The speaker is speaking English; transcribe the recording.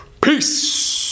peace